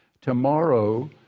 tomorrow